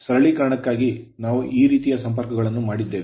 ಸರಳೀಕರಣಕ್ಕಾಗಿ ನಾವು ಈ ರೀತಿಯ ಸಂಪರ್ಕಗಳನ್ನು ಮಾಡಿದ್ದೇವೆ